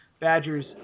Badgers